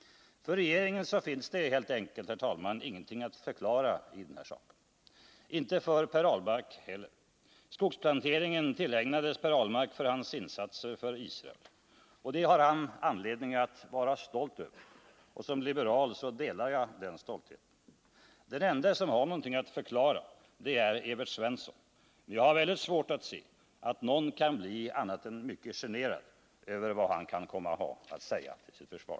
För regeringen finns det helt enkelt ingenting att förklara i denna sak, och inte för Per Ahlmark heller. Skogsplanteringen tillägnades Per Ahlmark för hans insatser för Israel, och det har han anledning att vara stolt över. Som liberal delar jag den stoltheten. Den ende som har någonting att förklara är Evert Svensson, och jag har mycket svårt att se att någon kan bli annat än mycket generad av vad han kommer att säga till sitt försvar.